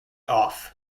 off